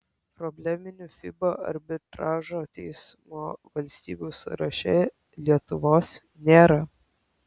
probleminių fiba arbitražo teismo valstybių sąraše lietuvos nėra